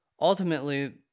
ultimately